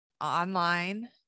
online